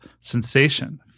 sensation